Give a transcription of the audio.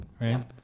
right